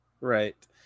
Right